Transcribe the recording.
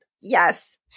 Yes